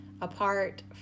apart